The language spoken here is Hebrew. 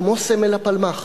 כמו סמל הפלמ"ח,